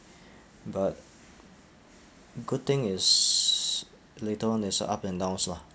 but good thing is later on there's uh up and downs lah